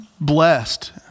blessed